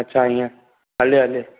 अच्छा ईअं हले हले